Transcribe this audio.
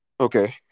Okay